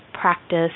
practice